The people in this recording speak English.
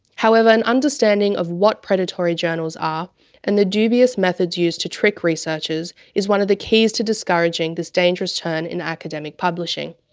however, an understanding of what predatory journals are and the dubious methods used to trick researchers is one of the keys to discouraging this dangerous turn in academic publishing.